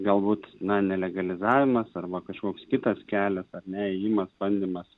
galbūt na ne legalizavimas arba kažkoks kitas kelias ar ne ėjimas bandymas